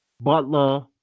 Butler